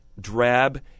drab